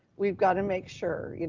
we've got to make sure, you